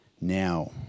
Now